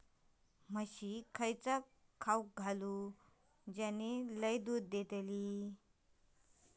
म्हशीक खयला खाणा घालू ज्याना लय दूध देतीत?